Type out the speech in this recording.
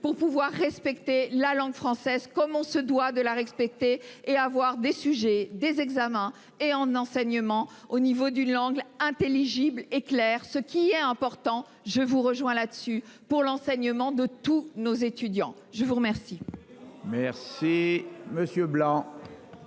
pour pouvoir respecter la langue française comme on se doit de la respecter et avoir des sujets des examens et en enseignement au niveau d'une langue intelligible claire, ce qui est important, je vous rejoins là-dessus pour l'enseignement de tous nos étudiants je vous remercie. Merci monsieur Blanc.